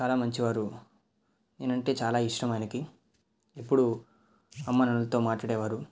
చాలా మంచివారు నేనంటే చాలా ఇష్టం ఆయనకి ఎప్పుడూ అమ్మానాన్నలతో మాట్లాడేవారు